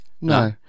No